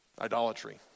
idolatry